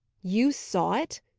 you saw it!